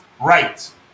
right